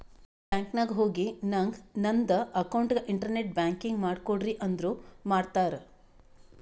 bank ನಾಗ್ ಹೋಗಿ ನಂಗ್ ನಂದ ಅಕೌಂಟ್ಗ ಇಂಟರ್ನೆಟ್ ಬ್ಯಾಂಕಿಂಗ್ ಮಾಡ್ ಕೊಡ್ರಿ ಅಂದುರ್ ಮಾಡ್ತಾರ್